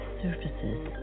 surfaces